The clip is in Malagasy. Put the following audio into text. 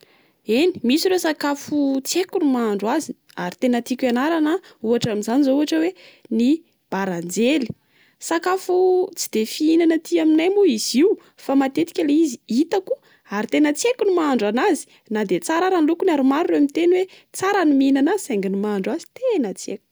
Eny, misy ireo sakafo tsy haiko ny mahandro azy, ary tena tiako ianarana. Ohatra amin'izany izao ohatra hoe: ny baranjely. Sakafo tsy dia fiiahinana ety aminay moa izy io fa matetika le izy hitako ary tena tsy haiko ny mahandro anazy. Na dia tsara ary ny lokony, na dia maro ary ireo miteny hoe tsara ny mihinana azy saingy ny mahandro azy tena tsy aiko.